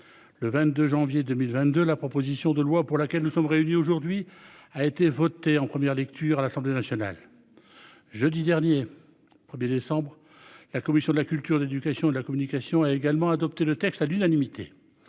Le 22 janvier 2022. La proposition de loi pour laquelle nous sommes réunis aujourd'hui a été voté en première lecture à l'Assemblée nationale. Jeudi dernier 1er décembre la commission de la culture, d'éducation et de la communication a également adopté le texte à l'unanimité.